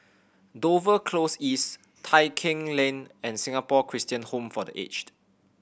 Dover Close East Tai Keng Lane and Singapore Christian Home for The Aged